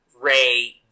Ray